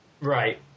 Right